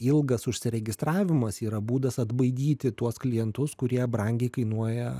ilgas užsiregistravimas yra būdas atbaidyti tuos klientus kurie brangiai kainuoja